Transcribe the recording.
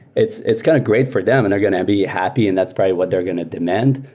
it's it's kind of great for them and they're going to be happy and that's probably what they're going to demand,